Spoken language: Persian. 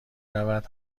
رود